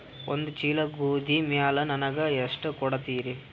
ಒಂದ ಚೀಲ ಗೋಧಿ ಮ್ಯಾಲ ನನಗ ಎಷ್ಟ ಕೊಡತೀರಿ?